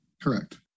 Correct